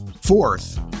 fourth